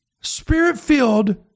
spirit-filled